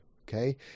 Okay